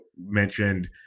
mentioned